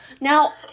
Now